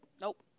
nope